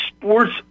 sports